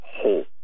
whole